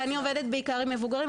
אני עובדת בעיקר עם מבוגרים,